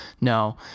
No